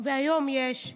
והיום יש,